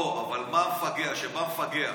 אבל כשבא מפגע